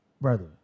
brother